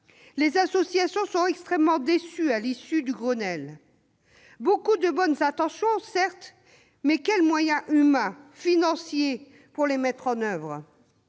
Les associations sont extrêmement déçues à l'issue du Grenelle : beaucoup de bonnes intentions, certes, mais quels moyens humains et financiers pour les mettre en oeuvre ?